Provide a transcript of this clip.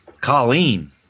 Colleen